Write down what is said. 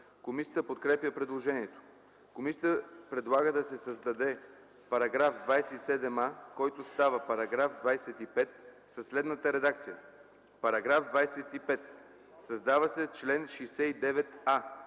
Комисията подкрепя предложението. Комисията предлага да се създаде § 27а, който става § 25 със следната редакция: „§ 25. Създава се чл. 69а: